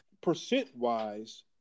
percent-wise